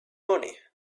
money